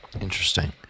Interesting